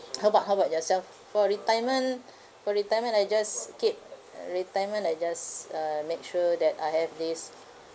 how about how about yourself for retirement for retirement I just keep uh retirement I just uh make sure that I have this